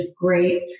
great